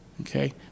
Okay